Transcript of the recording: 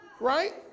Right